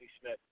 Smith